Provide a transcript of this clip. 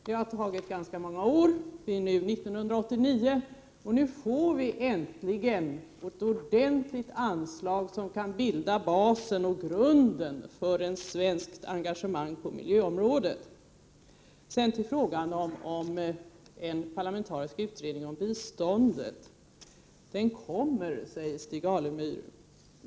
Det har tagit ganska många år — det är nu 1989 — och nu får vi äntligen ett ordentligt anslag som kan bilda basen för ett svenskt engagemang på miljöområdet. Sedan till frågan om en parlamentarisk utredning om biståndet. Den kommer, säger Stig Alemyr.